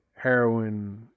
heroin